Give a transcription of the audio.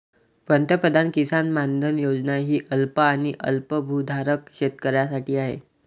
पंतप्रधान किसान मानधन योजना ही अल्प आणि अल्पभूधारक शेतकऱ्यांसाठी आहे